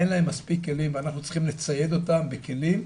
אין להם מספיק כלים ואנחנו צריכים לצייד אותם בכלים,